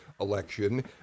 election